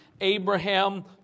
Abraham